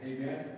Amen